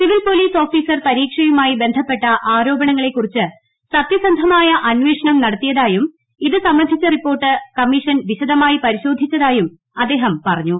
civil police officer പരീക്ഷയുമായി ബന്ധപ്പെട്ട ആരോപണങ്ങളെക്കുറിച്ച് സത്യസന്ധമായ അന്വേഷണം നടത്തിയതായും ഇതുസംബന്ധിച്ച റിപ്പോർട്ട് കമ്മീഷൻ വിശദമായി പരിശോധിച്ചതായും അദ്ദേഹം പറഞ്ഞു